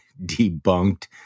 debunked